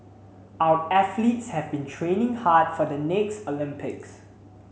our athletes have been training hard for the next Olympics